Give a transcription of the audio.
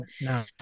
no